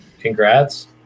Congrats